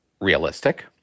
realistic